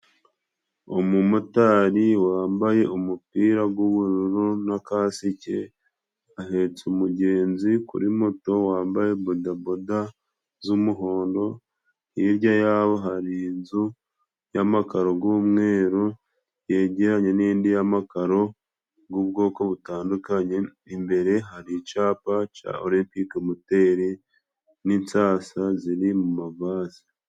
Umumotari wambaye umupira g'ubururu， na kasike， ahetse umugenzi kuri muto，wambaye bodaboda z'umuhondo，hirya y'aho hari inzu y’amakaro g’umweru， yegeranye n'indi yamakaro g'ubwoko butandukanye，imbere hari icapa ca Orempike Moteri n'insasa ziri mu mavaze.